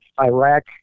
Iraq